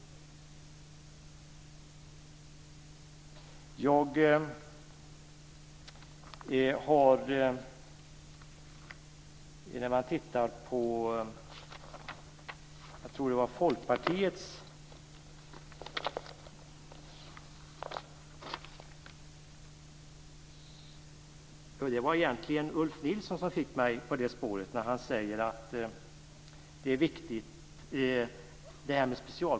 Egentligen var det Ulf Nilsson som fick mig på det spåret när han sade att specialkompetens är viktig.